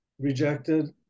rejected